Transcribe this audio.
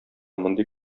мондый